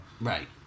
Right